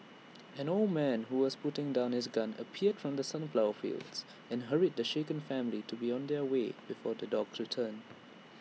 an old man who was putting down his gun appeared from the sunflower fields and hurried the shaken family to be on their way before the dogs return